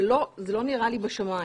זה לא נראה לי בשמים.